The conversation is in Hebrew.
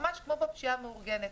ממש כמו בפשיעה המאורגנת.